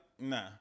Nah